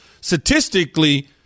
Statistically